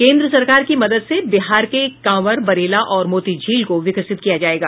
केंद्र सरकार की मदद से बिहार के कांवर बरेला और मोतीझील को विकसित किया जायेगा